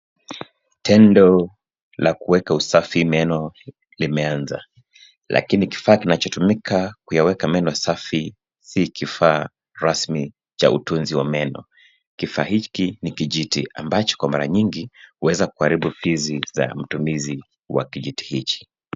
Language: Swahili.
Tendo la kuweka usafi meno limeanza lakini kifaa kinachotumika kuyaweka meno safi si kifaa rasmi cha utunzi wa meno. Kifaa hiki ni kijiti ambacho kwa mara nyingi huweza kuharibu ufizi za mtumizi wa kijiti hichi.